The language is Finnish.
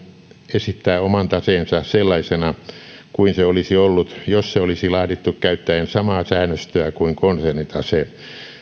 esittää oman taseensa sellaisena kuin se olisi ollut jos se olisi laadittu käyttäen samaa säännöstöä kuin konsernitase